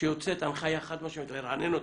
שיוצאת הנחיה חד משמעית, לרענן אותה,